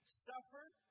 suffered